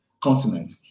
continent